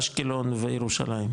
אשקלון וירושלים.